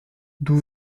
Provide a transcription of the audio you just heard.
d’où